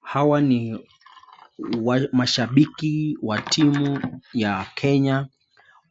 Hawa ni mashabiki wa timu ya kenya